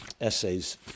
essays